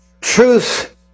Truth